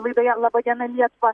laidoje laba diena lietuva